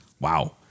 Wow